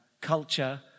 culture